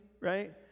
right